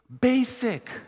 basic